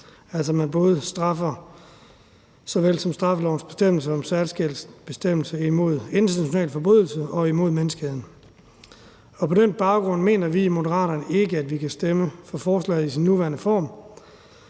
altså at man både straffer efter straffelovens bestemmelser og særskilt kriminaliserer internationale forbrydelser imod menneskeheden. På den baggrund mener vi i Moderaterne ikke, at vi kan stemme for forslaget i den nuværende form,